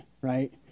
Right